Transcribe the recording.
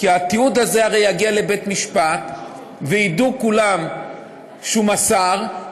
כי התיעוד הזה הרי יגיע לבית-משפט וידעו כולם שהוא מסר,